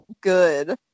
good